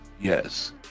Yes